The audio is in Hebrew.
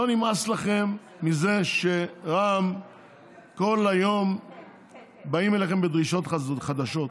לא נמאס לכם שרע"מ כל היום באים אליכם בדרישות חדשות?